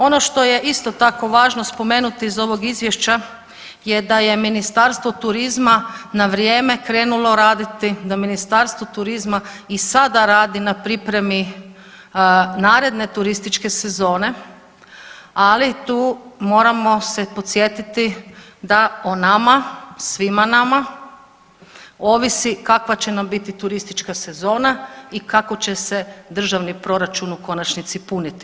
Ono što je isto tako važno spomenuti iz ovog izvješća je da je Ministarstvo turizma na vrijeme krenulo raditi, da Ministarstvo turizma i sada radi na pripremi naredne turističke sezone, ali tu moramo se podsjetiti da o nama, svima nama ovisi kakva će nam biti turistička sezona i kako će se državni proračun u konačnici puniti.